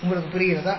உங்களுக்கு புரிகிறதா